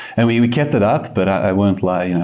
and we we kept it up, but i won't lie.